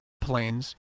planes